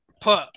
put